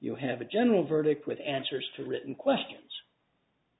you have a general verdict with answers to written questions